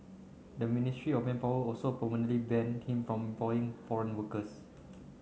the Ministry of Manpower also ban him from employing foreign workers